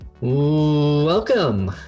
Welcome